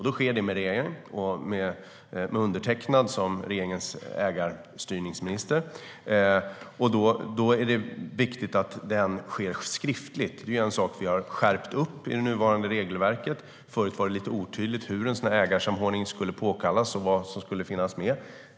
Det sker med regeringen och med undertecknad som regeringens ägarstyrningsminister, och det är viktigt att den sker skriftligt. Detta har vi skärpt i det nuvarande regelverket. Förut var det otydligt hur en ägarsamordning skulle påkallas och vad som skulle finnas med.